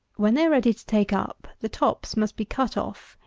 when they are ready to take up, the tops must be cut off,